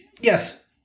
yes